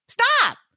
stop